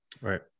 right